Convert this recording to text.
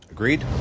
Agreed